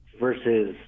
versus